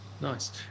Nice